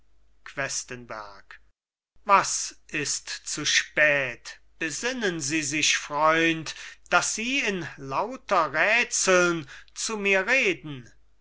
questenberg was ist zu spät besinnen sie sich freund daß sie in lauter rätseln zu mir reden